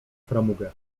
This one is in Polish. framugę